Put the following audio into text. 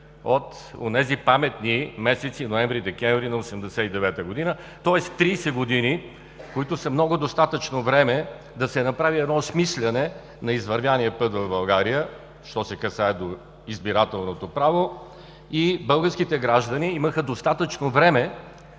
от онези паметни месеци ноември-декември на 1989 г., тоест 30 години, които са достатъчно време да се направи осмисляне на извървения път в България, що се касае до избирателното право. Българските граждани имаха достатъчно време